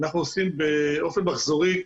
אנחנו עושים באופן מחזורי,